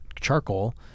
charcoal